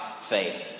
faith